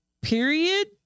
period